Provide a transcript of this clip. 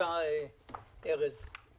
בבקשה ארז אורעד.